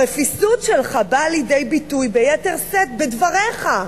הרפיסות שלך באה לידי ביטוי ביתר שאת בדבריך.